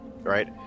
right